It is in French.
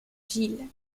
gilles